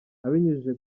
abinyujije